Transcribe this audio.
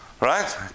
right